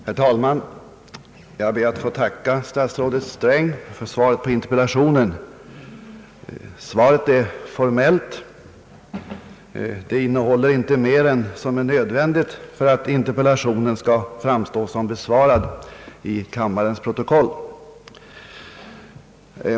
Herr talman! Jag ber att få tacka statsrådet Sträng för svaret på min interpellation. Svaret är formellt. Det innehåller inte mer än vad som är nödvändigt för att interpellationen skall framstå som besvarad i kammarens protokoll.